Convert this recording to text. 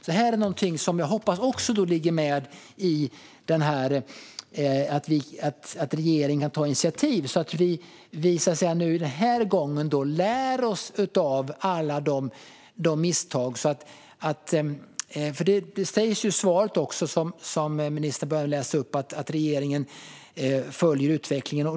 Detta är någonting som jag hoppas att regeringen kan ta initiativ till, så att vi den här gången lär oss av alla tidigare misstag. Ministern sa i svaret att regeringen följer utvecklingen.